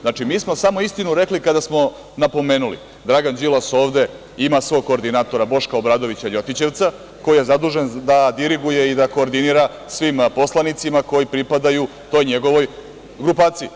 Znači, mi smo samo istinu rekli kada smo napomenuli, Dragan Đilas ima ovde svog koordinatora Boška Obradovića – ljotićevca, koji je zadužen da diriguje i da koordinira svima poslanicima koji pripadaju toj njegovoj grupaciji.